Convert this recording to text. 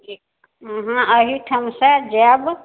अहाँ एहिठाम से जायब